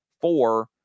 Four